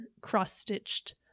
cross-stitched